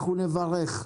אנחנו נברך.